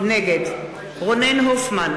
נגד רונן הופמן,